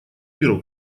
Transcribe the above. миру